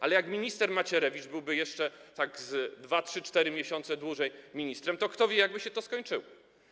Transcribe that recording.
Ale jak minister Macierewicz byłby jeszcze tak ze 2, 3, 4 miesiące dłużej ministrem, to kto wie, jak by się to skończyło.